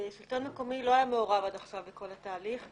השלטון המקומי לא היה מעורב עד עכשיו בכל התהליך.